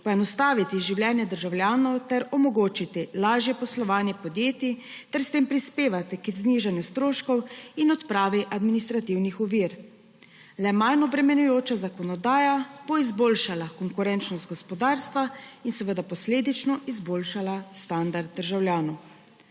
poenostaviti življenje državljanov ter omogočiti lažje poslovanje podjetji ter s tem prispevati k znižanju stroškov in odpravi administrativnih ovir. Le manj obremenjujoča zakonodaja bo izboljšala konkurenčnost gospodarstva in seveda posledično izboljšala standard državljanov.